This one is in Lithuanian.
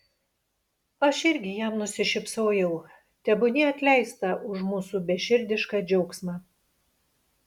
aš irgi jam nusišypsojau tebūnie atleista už mūsų beširdišką džiaugsmą